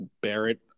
Barrett